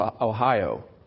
Ohio